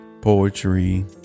poetry